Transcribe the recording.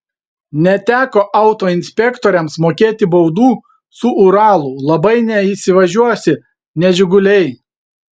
neteko autoinspektoriams mokėti baudų su uralu labai neįsivažiuosi ne žiguliai